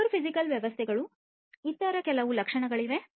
cyber physical ವ್ಯವಸ್ಥೆಗಳ ಇತರ ಕೆಲವು ಲಕ್ಷಣಗಳು ಆಗಿವೆ